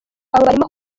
barimo